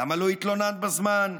למה לא התלוננת בזמן?